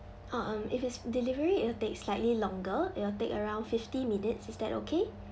oh um if it's delivery it'll take slightly longer it will take around fifty minutes is that okay